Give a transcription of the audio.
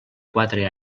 quatre